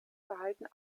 verhalten